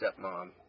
stepmom